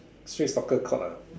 street soccer court ah